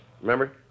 Remember